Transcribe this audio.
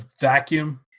vacuum